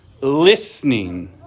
listening